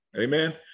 Amen